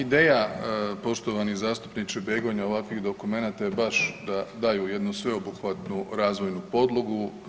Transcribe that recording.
Pa ideja poštovani zastupniče Begonja ovakvih dokumenta je baš da daju jednu sveobuhvatnu razvojnu podlogu.